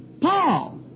Paul